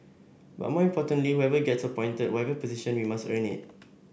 but more importantly whoever gets appointed whatever position we must earn it